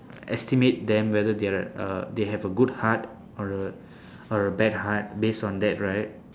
estimate them whether they're uh they have a good heart or a or a bad heart based on that right